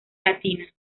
latina